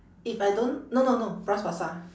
if I don't no no no bras-basah